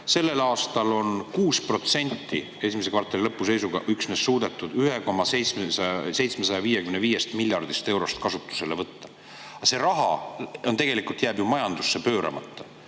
Sellel aastal on esimese kvartali lõpu seisuga suudetud üksnes 6% kokku 1,755 miljardist eurost kasutusele võtta. See raha tegelikult jääb ju majandusse pööramata.